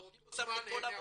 זורקים אותם לכל עבודה.